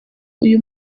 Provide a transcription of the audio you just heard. uyu